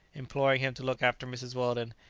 imploring him to look after mrs. weldon,